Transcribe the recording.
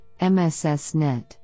MSSNet